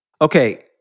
Okay